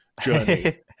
journey